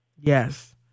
Yes